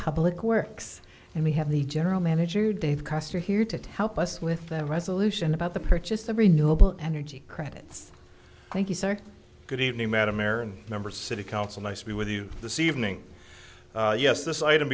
public works and we have the general manager dave custer here to tell us with that resolution about the purchase of renewable energy credits thank you sir good evening madam arun member city council nice to be with you this evening yes this item